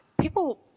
people